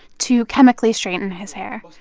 to chemically straighten his hair.